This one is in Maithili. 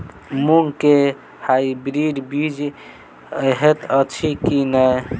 मूँग केँ हाइब्रिड बीज हएत अछि की नै?